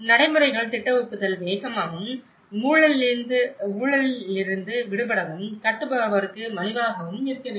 நடைமுறைகள் திட்ட ஒப்புதல் வேகமாகவும் ஊழலிலிருந்து விடுபடவும் கட்டுபவருக்கு மலிவாகவும் இருக்க வேண்டும்